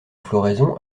floraison